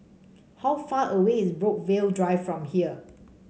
how far away is Brookvale Drive from here